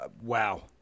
wow